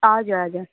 हजुर हजुर